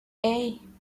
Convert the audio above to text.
hey